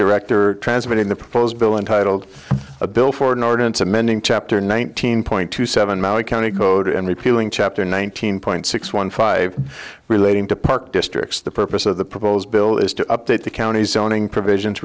director transmitting the proposed bill untitled a bill for an ordinance amending chapter nineteen point two seven mile county code and repealing chapter nineteen point six one five relating to park districts the purpose of the proposed bill is to update the county zoning provisions